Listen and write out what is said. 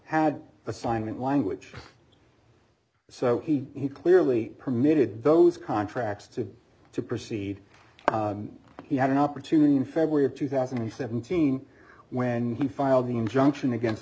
had assignment language so he clearly permitted those contracts to to proceed he had an opportunity in february of two thousand and seventeen when he filed the injunction against